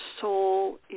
soul